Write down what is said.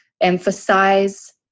emphasize